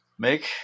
Make